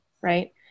right